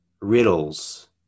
riddles